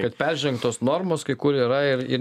kad peržengtos normos kai kur yra ir ir